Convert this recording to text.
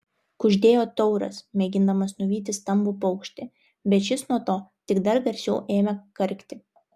kuždėjo tauras mėgindamas nuvyti stambų paukštį bet šis nuo to tik dar garsiau ėmė karkti